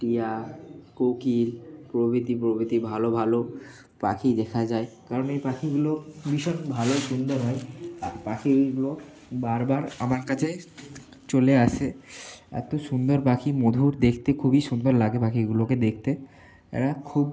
টিয়া কোকিল প্রভৃতি প্রভৃতি ভালো ভালো পাখি দেখা যায় কারণ এই পাখিগুলো ভীষণ ভালো সুন্দর হয় আর পাখিগুলো বারবার আমার কাছে চলে আসে এত সুন্দর পাখি মধুর দেখতে খুবই সুন্দর লাগে পাখিগুলোকে দেখতে এরা খুব